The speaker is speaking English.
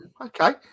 okay